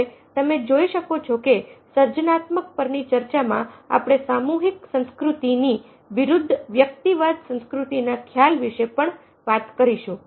હવે તમે જોઈ શકો છો કે સર્જનાત્મક પરની ચર્ચામાં આપણે સામૂહિક સંસ્કૃતિની વિરુદ્ધ વ્યક્તિવાદ સંસ્કૃતિના ખ્યાલ વિશે પણ વાત કરીશું